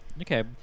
Okay